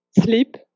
sleep